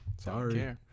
Sorry